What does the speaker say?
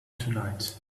tonight